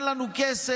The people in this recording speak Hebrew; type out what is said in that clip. אין לנו כסף,